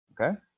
okay